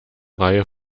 reihe